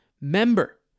member